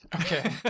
Okay